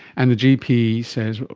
and the gp says,